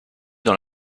dans